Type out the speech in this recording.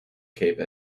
cape